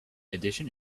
addition